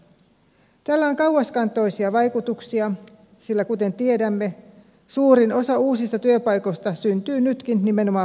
tällä on kauaskantoisia vaikutuksia sillä kuten tiedämme suurin osa uusista työpaikoista syntyy nytkin nimenomaan pk yrityksiin